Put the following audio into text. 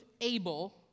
able